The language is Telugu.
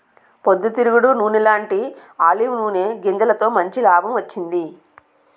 పొద్దు తిరుగుడు నూనెలాంటీ ఆలివ్ నూనె గింజలతో మంచి లాభం వచ్చింది